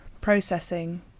processing